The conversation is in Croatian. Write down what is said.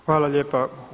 Hvala lijepa.